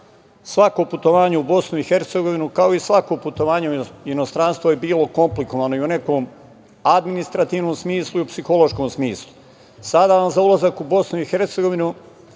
svako putovanje u BiH, kao i svako putovanje u inostranstvo, je bilo komplikovano i u nekom administrativnom i u psihološkom smislu. Sada vam za ulazak u BiH